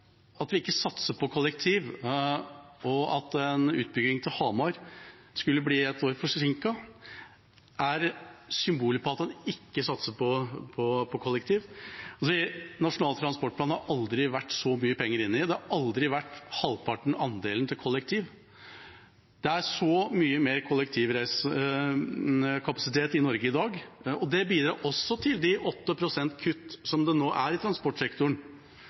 vi ikke satser på kollektiv: At utbygging til Hamar skulle bli et år forsinket, er symbolet på at man ikke satser på kollektiv. Det har aldri vært så mye penger inne i Nasjonal transportplan, det har aldri vært halvparten av andelen til kollektiv. Det er så mye mer kollektivkapasitet i Norge i dag. Det bidrar også til de 8 pst. kutt som det nå er i transportsektoren,